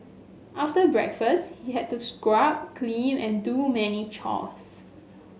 after breakfast he had to scrub clean and do many chores